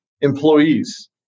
employees